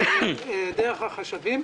דרך החשבים,